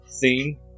theme